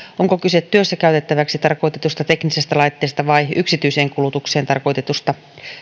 onko kyse työssä käytettäväksi tarkoitetusta teknisestä laitteesta vai yksityiseen kulutukseen tarkoitetusta